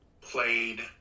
played